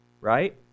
Right